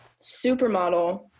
Supermodel